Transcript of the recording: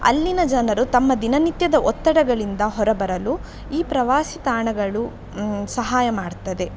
ಅಲ್ಲಿನ ಜನರು ತಮ್ಮ ದಿನನಿತ್ಯದ ಒತ್ತಡಗಳಿಂದ ಹೊರಬರಲು ಈ ಪ್ರವಾಸಿ ತಾಣಗಳು ಸಹಾಯ ಮಾಡ್ತದೆ